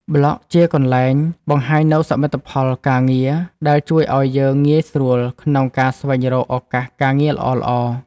ប្លក់ជាកន្លែងបង្ហាញនូវសមិទ្ធផលការងារ ដែលជួយឱ្យយើងងាយស្រួលក្នុងការស្វែងរកឱកាសការងារល្អៗ។